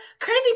Crazy